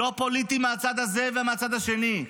לא פוליטיים מהצד הזה או מהצד השני,